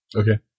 okay